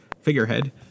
figurehead